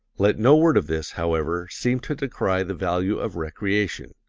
let no word of this, however, seem to decry the value of recreation.